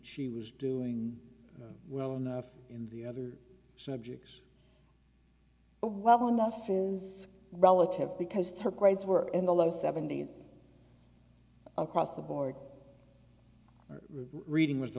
she was doing well enough in the other subjects well enough is relative because her grades were in the low seventy's across the board reading was the